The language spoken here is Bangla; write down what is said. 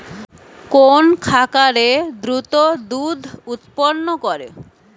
কোন খাকারে দ্রুত দুধ উৎপন্ন করে?